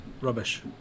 Rubbish